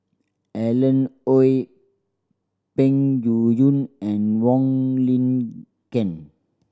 Alan Oei Peng Yuyun and Wong Lin Ken